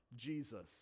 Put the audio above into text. Jesus